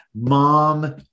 mom